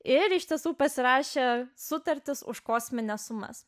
ir iš tiesų pasirašę sutartis už kosmines sumas